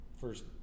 first